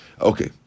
Okay